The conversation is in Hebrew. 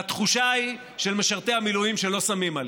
והתחושה של משרתי המילואים היא שלא שמים עליהם.